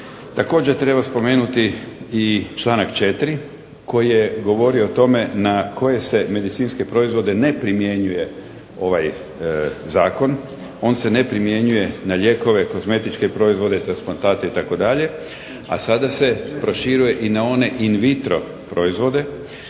Također treba spomenuti i članak 4. koji govori o tome na koje se medicinske proizvode ne primjenjuje ovaj Zakon. On se ne primjenjuje na lijekove, kozmetičke proizvode, transplantate itd., a sada se proširuje i na one in vitro proizvode